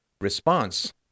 response